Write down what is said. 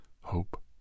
hope